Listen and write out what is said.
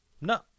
No